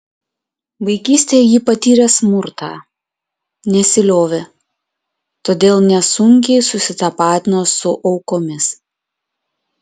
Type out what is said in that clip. vaikystėje ji patyrė smurtą nesiliovė todėl nesunkiai susitapatino su aukomis